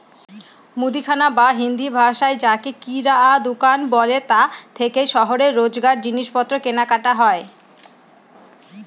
মুদিখানা বা হিন্দিভাষায় যাকে কিরায়া দুকান বলে তা থেকেই শহরে রোজকার জিনিসপত্র কেনাকাটা হয়